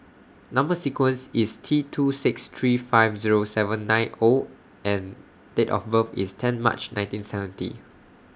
Number sequence IS T two six three five Zero seven nine O and Date of birth IS ten March nineteen seventy